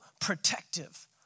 protective